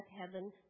heaven